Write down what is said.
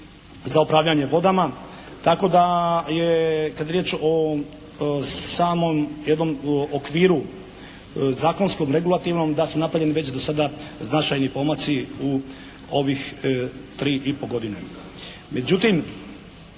za upravljanje vodama tako da je kada je riječ o samom jednom okviru zakonskom, regulativnom da su napravljeni već do sada značajni pomaci u ovih tri i pol godine.